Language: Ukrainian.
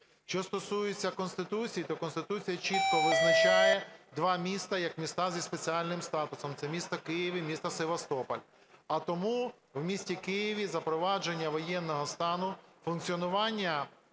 Що стосується Конституції, то Конституція чітко визначає два міста, як міста зі спеціальним статусом – це місто Київ і місто Севастополь. А тому в місті Києві запровадження воєнного стану, функціонування